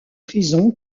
prison